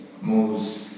moves